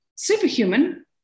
superhuman